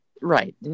Right